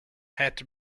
hat